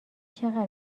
چقدر